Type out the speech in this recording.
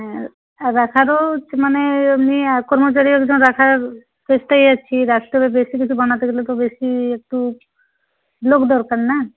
হ্যাঁ রাখারও মানে এমনি কর্মচারী একজন রাখার চেষ্টায় আছি বেশি কিছু বানাতে গেলে তো বেশি একটু লোক দরকার না